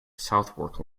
southwark